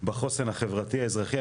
בחוסן החברתי האזרחי.